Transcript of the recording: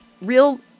real